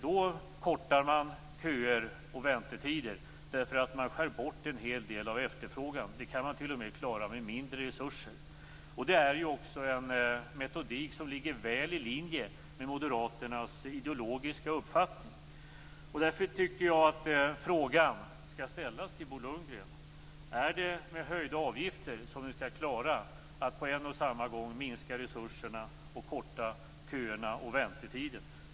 Då kortar man köer och väntetider därför att man skär bort en hel del av efterfrågan. Det kan man t.o.m. klara med mindre resurser. Det är ju också en metodik som ligger väl i linje med moderaternas ideologiska uppfattning. Därför tycker jag att frågan skall ställas till Bo Lundgren: Är det med höjda avgifter som ni skall klara att på en och samma gång minska resurserna och korta köerna och väntetiderna?